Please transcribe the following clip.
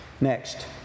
Next